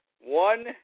One